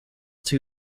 two